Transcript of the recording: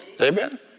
Amen